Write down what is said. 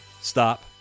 stop